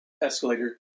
escalator